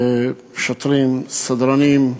שוטרים, סדרנים,